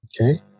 Okay